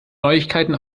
neuigkeiten